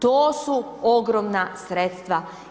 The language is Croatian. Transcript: To su ogromna sredstva.